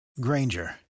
Granger